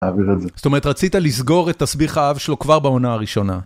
זאת אומרת רצית לסגור את תסביך האב שלו, כבר בעונה הראשונה.